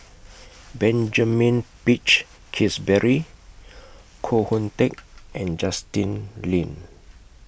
Benjamin Peach Keasberry Koh Hoon Teck and Justin Lean